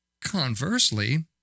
Conversely